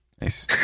nice